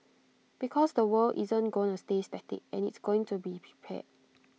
because the world isn't gonna stay static and it's going to be prepared